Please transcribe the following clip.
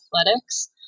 athletics